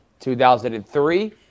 2003